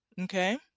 okay